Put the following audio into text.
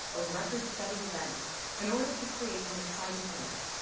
ah record setting events in order to create an exciting image.